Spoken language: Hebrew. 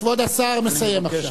כבוד השר מסיים עכשיו.